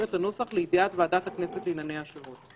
את הנוסח לידיעת ועדת הכנסת לענייני השירות.